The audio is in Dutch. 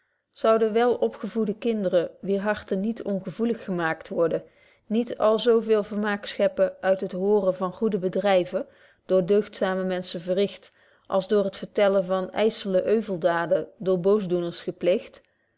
zouden wel opgevoede kinderen wier harten niet ongevoelig gemaakt worden niet al zo veel vermaak scheppen uit het hooren van goede bedryven door deugdzame menschen verricht als door het vertellen van ysselyke euveldaden door boosdoenbetje